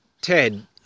Ted